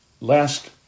last